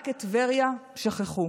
רק את טבריה שכחו.